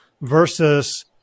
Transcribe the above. versus